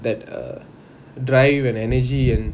that err drive and energy and